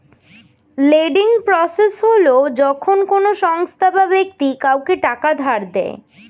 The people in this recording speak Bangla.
লেন্ডিং প্রসেস হল যখন কোনো সংস্থা বা ব্যক্তি কাউকে টাকা ধার দেয়